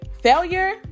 Failure